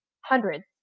hundreds